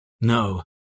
No